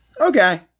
Okay